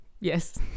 Yes